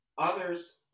Others